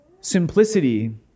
Simplicity